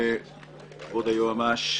כבוד היועץ המשפטי לממשלה,